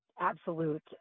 absolute